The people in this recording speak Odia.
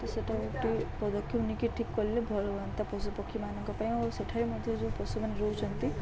ତ ସେଇଟା ଗୋଟିଏ ପଦକ୍ଷେପ ନେଇିକି ଠିକ୍ କଲେ ଭଲ ହୁଅନ୍ତା ପଶୁପକ୍ଷୀମାନଙ୍କ ପାଇଁ ଆଉ ସେଠାରେ ମଧ୍ୟ ଯେଉଁ ପଶୁମାନେ ରହୁଛନ୍ତି